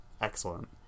Excellent